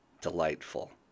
delightful